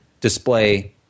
display